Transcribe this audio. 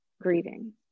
grieving